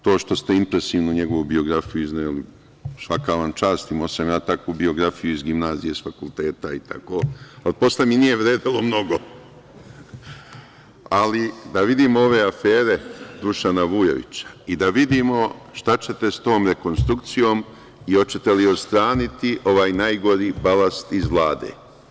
To što ste impresivnu njegovu biografiju izneli, svaka vam čast, imao sam ja takvu biografiju iz gimnazije, sa fakulteta, ali posle mi nije vredelo mnogo, ali da vidimo ove afere Dušana Vujovića i da vidimo šta ćete sa tom rekonstrukcijom i hoćete li odstraniti ovaj najgori balast iz Vlade?